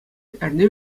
эрне